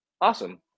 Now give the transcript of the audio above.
Awesome